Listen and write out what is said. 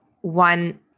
one